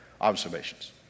observations